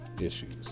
issues